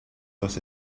los